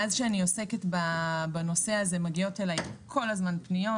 מאז שאני עוסקת בנושא הזה מגיעות אליי כל הזמן פניות,